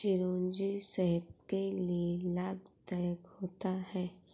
चिरौंजी सेहत के लिए लाभदायक होता है